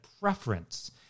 preference